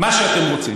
מה שאתם רוצים.